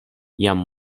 jam